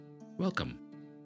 Welcome